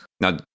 Now